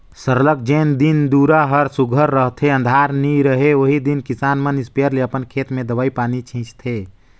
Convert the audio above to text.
सरलग जेन दिन दुरा हर सुग्घर रहथे अंधार नी रहें ओही दिन किसान मन इस्पेयर ले अपन खेत में दवई पानी छींचथें